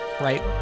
right